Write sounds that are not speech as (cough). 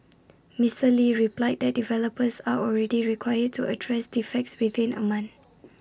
(noise) Mister lee replied that developers are already required to address defects within A month